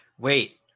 Wait